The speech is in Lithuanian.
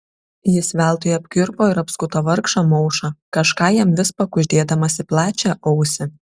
jis veltui apkirpo ir apskuto vargšą maušą kažką jam vis pakuždėdamas į plačią ausį